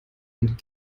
und